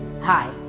Hi